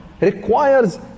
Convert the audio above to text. requires